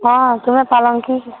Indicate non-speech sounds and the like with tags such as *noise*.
ହଁ ତୁମେ *unintelligible*